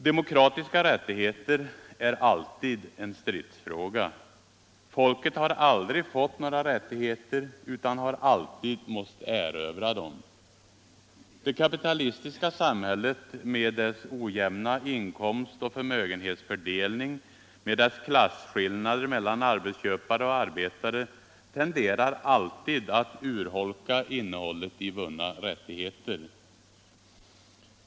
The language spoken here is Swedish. Demokratiska rättigheter är alltid en stridsfråga. Folket har aldrig fått några rättigheter utan har alltid måst erövra dem. Det kapitalistiska samhället med dess ojämna inkomstoch förmögenhetsfördelning och med dess klasskillnader mellan arbetsköpare och arbetare tenderar alltid att urholka innehållet i vunna rättigheter.